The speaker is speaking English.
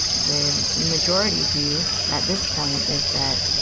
the majority view at this point is that,